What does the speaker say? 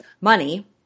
money